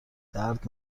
درد